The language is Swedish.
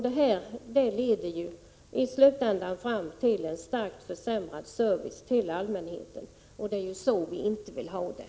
Detta leder i slutändan fram till en starkt försämrad service till allmänheten, och det är så vi inte vill ha det.